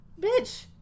bitch